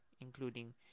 including